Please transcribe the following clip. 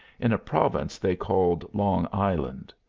in a province they called long island.